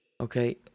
okay